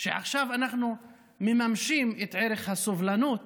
שעכשיו אנחנו מממשים את ערך הסובלנות